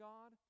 God